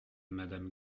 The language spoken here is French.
madame